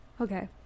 okay